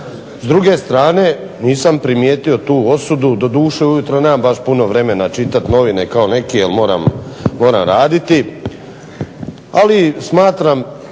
S druge strane nisam primijetio tu osudu, doduše ujutro nemam baš puno vremena čitati novine kao neki jer moram raditi, ali smatram